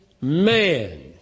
man